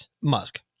Musk